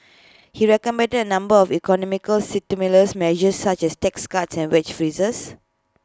he recommended A number of economic stimulus measures such as tax cuts and wage freezes